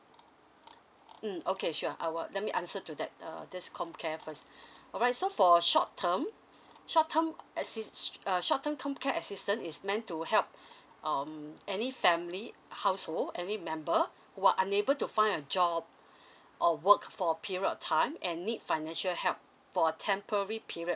mm okay sure I will let me answer to that err this com care first alright so for short term short term assist uh shorten com care assistant is meant to help um any family household every member who are unable to find a job or work for a period of time and need financial help for a temporary period